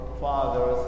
fathers